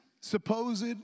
supposed